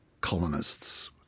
colonists